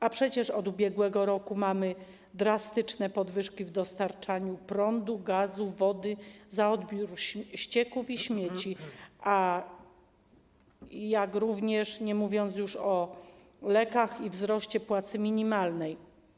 A przecież od ubiegłego roku mamy drastyczne podwyżki cen dostarczania prądu, gazu, wody, za odbiór ścieków i śmieci, nie mówiąc już o lekach i wzroście płacy minimalnej.